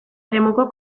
eremuko